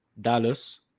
Dallas